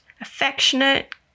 affectionate